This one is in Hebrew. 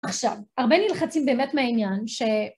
עכשיו, הרבה נלחצים באמת מעניין ש...